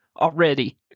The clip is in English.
already